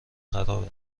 خرابه